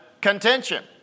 contention